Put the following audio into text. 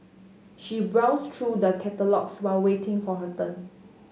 she browsed through the catalogues while waiting for her turn